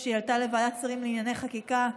כשהיא עלתה לוועדת שרים לענייני חקיקה,